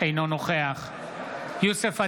אינו נוכח יוסף עטאונה,